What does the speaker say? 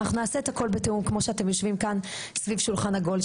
אנחנו נעשה את הכל בתיאום כמו שאתם יושבים כאן סביב שולחן עגול,